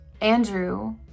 Andrew